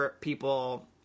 people